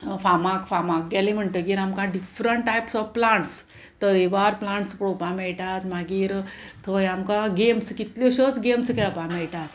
फामाक फामाक गेले म्हणटगीर आमकां डिफरंट टायप्स ऑफ प्लांट्स तरेवार प्लांट्स पळोवपाक मेयटात मागीर थंय आमकां गेम्स कितल्योश्योच गेम्स खेळपाक मेयटात